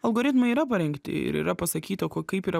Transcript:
algoritmai yra parengti ir yra pasakyta ko kaip yra